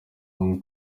hong